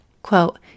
Quote